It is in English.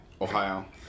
Ohio